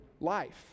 life